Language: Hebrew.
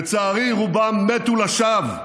לצערי, רובם מתו לשווא,